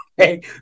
okay